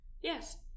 Yes